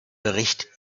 bericht